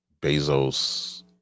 Bezos